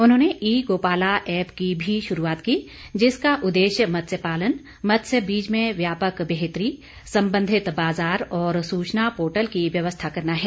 उन्होंने e Gopala app की भी शुरूआत की जिसका उद्देश्य मत्स्य पालन मत्स्य बीज में व्यापक बेहतरी संबंधित बाजार और सूचना पोर्टल की व्यवस्था करना है